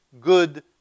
good